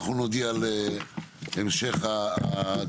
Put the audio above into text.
אנחנו נודיע על המשך הדיונים.